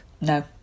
No